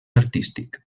artístic